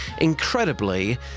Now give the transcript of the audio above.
Incredibly